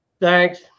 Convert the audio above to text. thanks